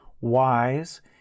wise